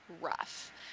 rough